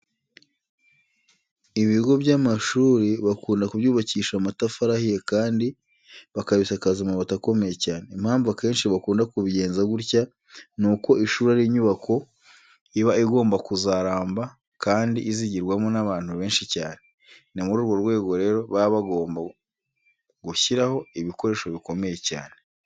Ibigo by'amashuri bakunda kubyubakisha amatafari ahiye kandi bakabisakaza amabati akomeye cyane. Impamvu akenshi bakunda kubigenza gutya ni uko ishuri ari inyubako iba igomba kuzaramba kandi izigirwamo n'abantu benshi cyane. Ni muri urwo rwego rero baba bagomba gushyiraho ibikoresho bikomeye cyane.